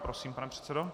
Prosím, pane předsedo.